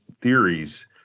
theories